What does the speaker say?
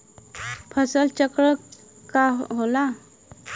फसल चक्रण का होला?